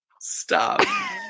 stop